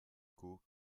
quo